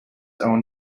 own